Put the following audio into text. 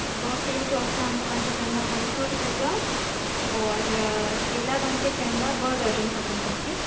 त ॿ किलो चौसा अंब तव्हांखे पवंदा पंज सौ रुपए जा और केला तव्हांखे पवंदा ॿ दर्जन खपनि तव्हांखे